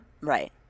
Right